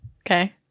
Okay